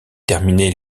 terminait